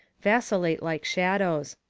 vacillate like shadows.